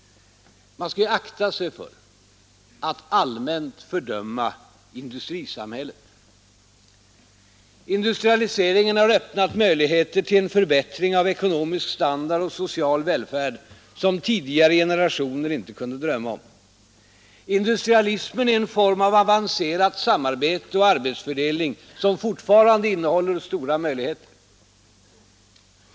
Man skall akta sig för att allmänt fördöma industrisamhället. Industrialiseringen har öppnat möjligheter till en förbättring av ekonomisk standard och social välfärd, som tidigare generationer inte kunde drömma om. Industrialismen är en form av avancerat samarbete och arbetsfördelning, som fortfarande innehåller stora möjligheter.